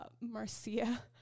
Marcia